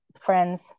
friends